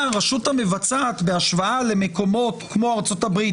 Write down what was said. הרשות המבצעת בהשוואה למקומות כמו ארצות הברית